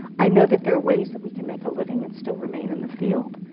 i know that there are ways that we can make a living and still remain in the field.